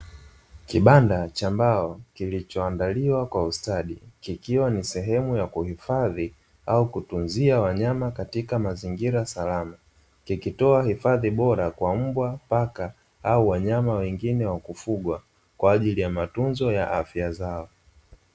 Kibanda cha mbao kilichoandaliwa kwa ustadi kikiwa ni sehemu ya kuhifadhi au kutunzia wanyama katika mazingira salama. Kikitoa hifadhi bora kwa mbwa, paka au wanyama wengine wa kufugwa kwa ajili ya matunzo ya afya zao.